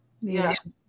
yes